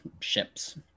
ships